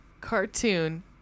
cartoon